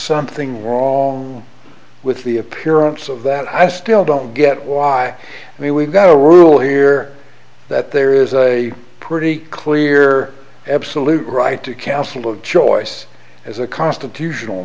something wrong with the appearance of that i still don't get why we we've got a rule here that there is a pretty clear absolute right to counsel of choice as a constitutional